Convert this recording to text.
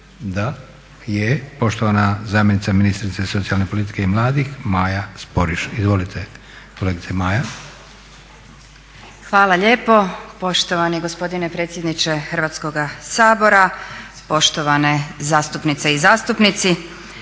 Da. Poštovana zamjenica ministrice socijalne politike i mladih Maja Sporiš. Izvolite kolegice Maja. **Sporiš, Maja** Hvala lijepo poštovani gospodine predsjedniče Hrvatskoga Sabora, poštovane zastupnice i zastupnici.